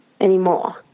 anymore